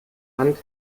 rand